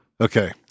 Okay